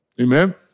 Amen